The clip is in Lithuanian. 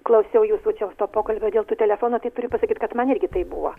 klausiau jūsų čia to pokalbio dėl tų telefonų tai turiu pasakyt kad man irgi taip buvo